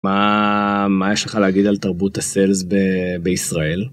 מה מה יש לך להגיד על תרבות הסלס בישראל.